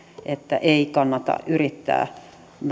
että ei kannata yrittää